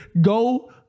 Go